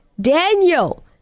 Daniel